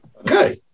Okay